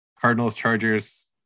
Cardinals-Chargers-